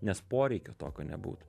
nes poreikio tokio nebūtų